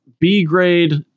B-grade